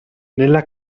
nella